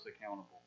accountable